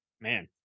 man